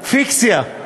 פיקציה.